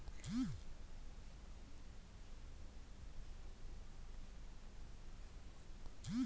ಗೋಧಿ ಎಲ್ಲೆಡೆ ಬಳಕೆಯಲ್ಲಿರುವ ಏಕದಳ ಧಾನ್ಯ ಹಾಗೂ ಹೆಚ್ಚು ಬಳಸುವ ದಾನ್ಯಗಳಲ್ಲಿ ಮೂರನೆಯದ್ದಾಗಯ್ತೆ